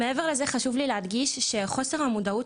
מעבר לזה חשוב לי להדגיש שחוסר המודעות